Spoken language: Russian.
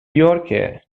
йорке